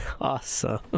awesome